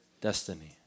destiny